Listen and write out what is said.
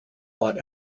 bought